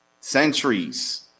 centuries